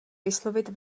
vyslovit